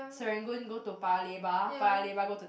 Serangoon go to Paya-Lebar Paya-Lebar go to